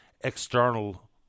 external